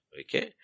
okay